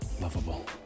lovable